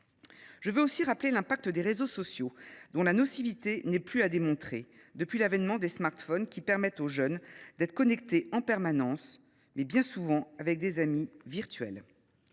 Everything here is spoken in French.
Je rappellerai également les effets des réseaux sociaux, dont la nocivité n’est plus à démontrer depuis l’avènement des smartphones, qui permettent aux jeunes d’être connectés en permanence, bien souvent avec des amis virtuels.